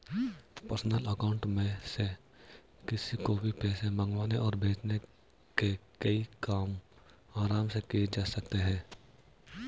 personal account में से किसी को भी पैसे मंगवाने और भेजने के कई काम आराम से किये जा सकते है